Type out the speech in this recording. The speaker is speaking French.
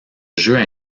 jeu